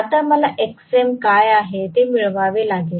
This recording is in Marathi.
आता मला Xm काय आहे ते मिळवावे लागेल